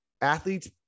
athletes